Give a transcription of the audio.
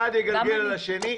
אחד יגלגל על השני.